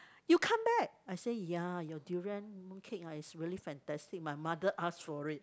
you come back I say ya your durian mooncake ah is really fantastic my mother asked for it